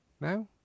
now